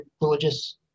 religious